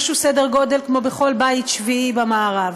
בסדר גודל של כל בית שביעי במערב.